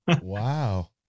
Wow